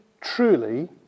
truly